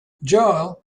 joel